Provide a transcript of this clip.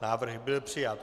Návrh byl přijat.